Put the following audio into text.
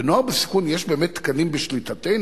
בנוער בסיכון יש באמת תקנים בשליטתנו,